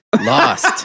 Lost